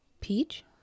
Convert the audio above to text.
Peach